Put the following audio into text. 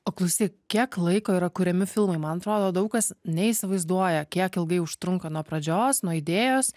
o klausyk kiek laiko yra kuriami filmai man atrodo daug kas neįsivaizduoja kiek ilgai užtrunka nuo pradžios nuo idėjos